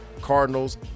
Cardinals